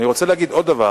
אני רוצה להגיד עוד דבר.